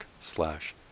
slash